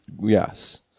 Yes